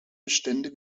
bestände